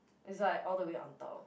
it's like all the way on top